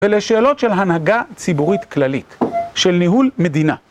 ולשאלות של הנהגה ציבורית כללית, של ניהול מדינה.